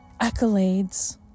accolades